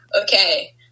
Okay